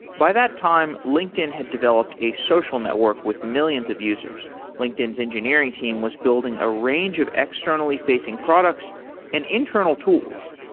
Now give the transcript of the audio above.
by that time, linkedin had developed a social network with millions of users. linkedin's engineering team was building a range of externally-facing products and internal tools,